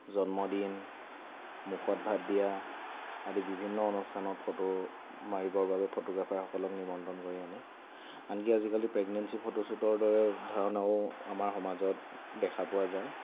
জন্মদিন মুখত ভাত দিয়া আদি বিভিন্ন অনুস্থানৰ ফটো মাৰিবৰ বাবে ফটোগ্ৰাফাৰসকলক নিমন্ত্ৰণ কৰি আনে আনকি আজিকালি প্ৰেগনেঞ্চি ফটোশ্বুটৰ দৰে ধাৰণা আমাৰ সমাজত দেখা পোৱা যায়